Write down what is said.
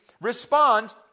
respond